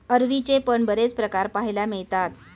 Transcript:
अरवीचे पण बरेच प्रकार पाहायला मिळतात